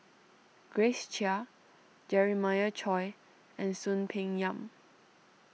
Grace Chia Jeremiah Choy and Soon Peng Yam